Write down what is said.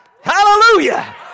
Hallelujah